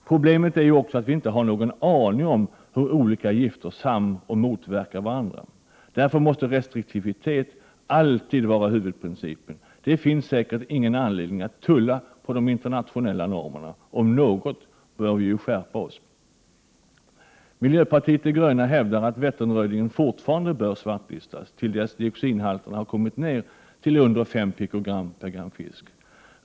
Problemet är att vi inte har någon aning om hur olika gifter samoch motverkar varandra. Därför måste restriktivitet alltid vara huvudprincipen. Det finns säkert ingen anledning att tumma på de internationella normerna. Om något kan de alltid skärpas. Miljöpartiet de gröna hävdar att Vätterrödingen fortfarande bör svartlistas till dess att dioxinhalterna har kommit ner till under 5 pikogram per gram fisk.